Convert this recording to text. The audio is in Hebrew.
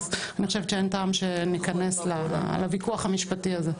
אז אני חושבת שאין טעם שניכנס לוויכוח המשפטי הזה.